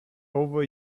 over